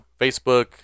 facebook